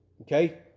Okay